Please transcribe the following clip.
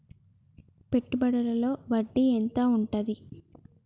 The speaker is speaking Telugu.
పెట్టుబడుల లో వడ్డీ ఎంత ఉంటది?